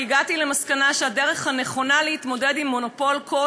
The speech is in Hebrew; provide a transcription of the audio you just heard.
הגעתי למסקנה שהדרך הנכונה להתמודד עם מונופול כה